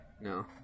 no